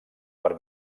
per